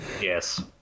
yes